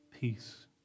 peace